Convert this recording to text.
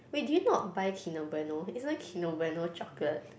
wait do you not buy Kinder Bueno isn't Kinder Bueno chocolate